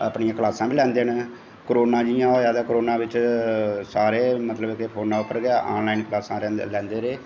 अपनियां कलांसां बी लांदे न करोनांजियां होआ तां करोनां बिच्च सारे मतलव फोनां पर गै कलासां लांदे रेह्